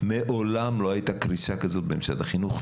מעולם לא הייתה קריסה כזו במשרד החינוך.